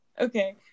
Okay